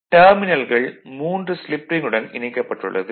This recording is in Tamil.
டெர்மினல்கள் மூன்று ஸ்லிப் ரிங் உடன் இணைக்கப்பட்டுள்ளது